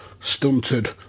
stunted